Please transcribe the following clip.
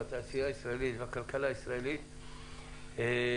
לתעשייה הישראלית ולכלכלה הישראלית בשגרה.